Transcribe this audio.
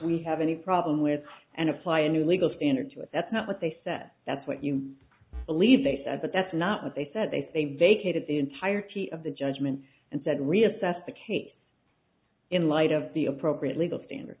we have any problem with and apply a new legal standard to it that's not what they said that's what you believe they said but that's not what they said they they created the entirety of the judgment and said reassess the case in light of the appropriate legal standard